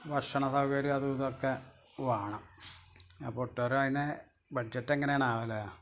ഭക്ഷണ സൗകര്യവും അതും ഇതൊക്കെ വേണം അപ്പോൾ ട്ടൊര് അതിന് ബഡ്ജറ്റ് എങ്ങനെയാണ് ആവൽ